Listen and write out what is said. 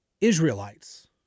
Israelites